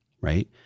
right